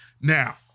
Now